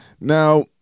Now